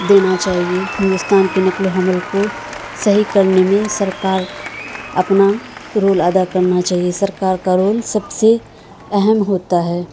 دینا چاہیے ہندوستان کے نقل و حمل کو صحیح کرنے میں سرکار اپنا رول ادا کرنا چاہیے سرکار کا رول سب سے اہم ہوتا ہے